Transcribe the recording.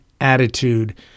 attitude